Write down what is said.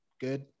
good